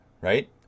right